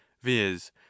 viz